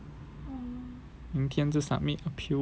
明天就 submit appeal ba